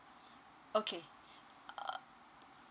okay uh